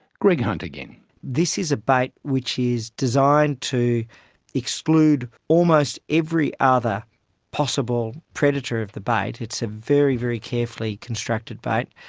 greg hunt this is a bait which is designed to exclude almost every other possible predator of the bait. it's a very, very carefully constructed bait.